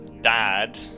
dad